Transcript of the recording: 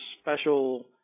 special